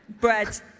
Bread